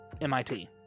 MIT